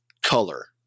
color